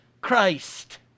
Christ